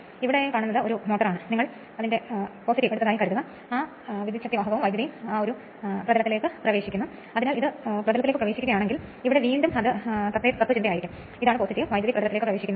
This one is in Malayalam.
വിപരീത അറ്റങ്ങൾ രണ്ട് കോപ്പർ എൻഡ് വളയങ്ങളിലേക്ക് വിളക്കിച്ചേർക്കുന്നു അങ്ങനെ എല്ലാ ബാറുകളും ഷോർട്ട് സർക്യൂട്ട് ചെയ്യുന്നു